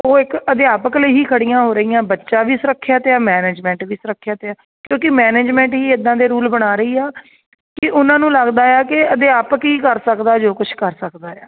ਉਹ ਇੱਕ ਅਧਿਆਪਕਾਂ ਲਈ ਹੀ ਖੜ੍ਹੀਆਂ ਹੋ ਰਹੀਆਂ ਬੱਚਾ ਵੀ ਸੁਰੱਖਿਅਤ ਹੈ ਮੈਨੇਜਮੈਂਟ ਵੀ ਸੁਰੱਖਿਅਤ ਹੈ ਕਿਉਂਕਿ ਮੈਨੇਜਮੈਂਟ ਹੀ ਇੱਦਾਂ ਦੇ ਰੂਲ ਬਣਾ ਰਹੀ ਆ ਕਿ ਉਹਨਾਂ ਨੂੰ ਲੱਗਦਾ ਆ ਕਿ ਅਧਿਆਪਕ ਹੀ ਕਰ ਸਕਦਾ ਜੋ ਕੁਛ ਕਰ ਸਕਦਾ ਆ